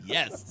Yes